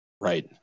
Right